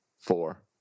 four